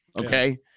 okay